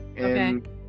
Okay